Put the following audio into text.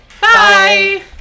Bye